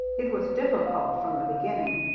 it was difficult from the beginning.